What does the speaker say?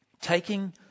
Taking